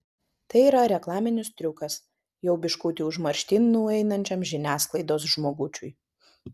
tai yra reklaminis triukas jau biškutį užmarštin nueinančiam žiniasklaidos žmogučiui